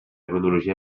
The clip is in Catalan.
cronologia